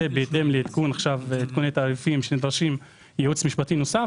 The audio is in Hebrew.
זה בהתאם לעדכוני תעריפים שדורשים ייעוץ משפטי נוסף,